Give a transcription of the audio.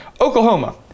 Oklahoma